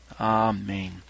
Amen